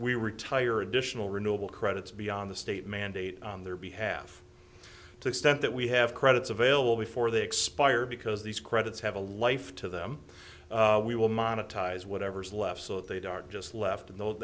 we retire additional renewable credits beyond the state mandate on their behalf to extent that we have credits available before they expire because these credits have a life to them we will monetize whatever's left so they dart just left and those